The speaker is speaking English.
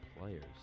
players